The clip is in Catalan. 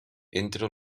entre